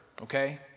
okay